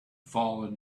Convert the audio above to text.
fallen